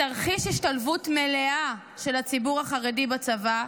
בתרחיש השתלבות מלאה של הציבור החרדי בצבא,